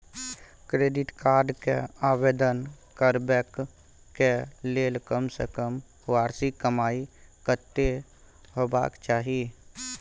Credit card के आवेदन करबैक के लेल कम से कम वार्षिक कमाई कत्ते होबाक चाही?